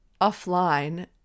Offline